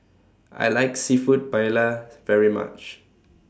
I like Seafood Paella very much